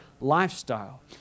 lifestyle